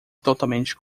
totalmente